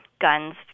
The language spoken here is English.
guns